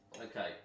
Okay